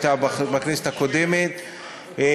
הייתה בכנסת הקודמת,